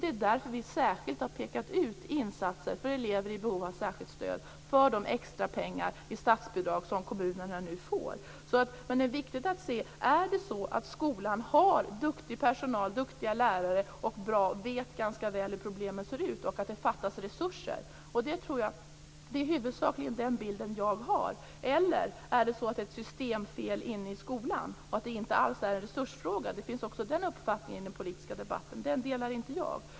Det är därför vi särskilt har pekat ut insatser för elever i behov av särskilt stöd när det gäller de extra pengar i statsbidrag som kommunerna nu får. Det är viktigt att fråga sig: Är det så att skolan har duktig personal och duktiga lärare och att man vet ganska väl hur problemen ser ut men att det fattas resurser? Det är huvudsakligen den bilden jag har. Eller är det så att det finns ett systemfel inne i skolan och att det inte alls är en resursfråga? Den uppfattningen finns också i den politiska debatten, men den delar jag inte.